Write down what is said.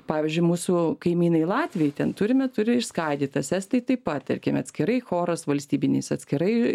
pavyzdžiui mūsų kaimynai latviai ten turime turi išskaidytas estai taip pat tarkime atskirai choras valstybinis atskirai